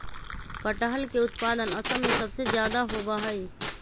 कटहल के उत्पादन असम में सबसे ज्यादा होबा हई